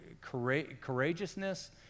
courageousness